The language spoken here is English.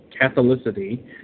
Catholicity